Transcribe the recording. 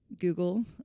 Google